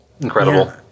Incredible